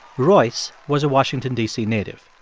royce was a washington, d c, native.